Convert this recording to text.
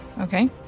Okay